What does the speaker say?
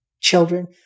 children